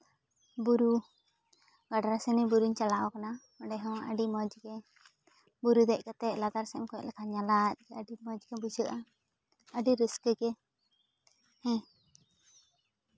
ᱵᱩᱨᱩ ᱜᱟᱰᱨᱟᱥᱤᱱᱤ ᱵᱩᱨᱩᱧ ᱪᱟᱞᱟᱣ ᱠᱟᱱᱟ ᱚᱸᱰᱮ ᱦᱚᱸ ᱟᱹᱰᱤ ᱢᱚᱡᱽᱜᱮ ᱵᱩᱨᱩ ᱫᱮᱡ ᱠᱟᱛᱮ ᱞᱟᱛᱟᱨ ᱥᱮᱱᱮᱢ ᱠᱚᱭᱚᱜ ᱞᱮᱠᱷᱟᱱ ᱧᱟᱞᱟᱜ ᱜᱮ ᱟᱹᱰᱤ ᱢᱚᱡᱽ ᱜᱮ ᱵᱩᱡᱷᱟᱹᱜᱼᱟ ᱟᱹᱰᱤ ᱨᱟᱹᱥᱠᱟᱹ ᱜᱮ ᱦᱮᱸ